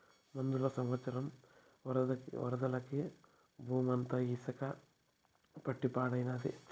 ముందల సంవత్సరం వరదలకి బూమంతా ఇసక పట్టి పాడైనాది